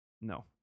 No